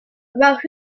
about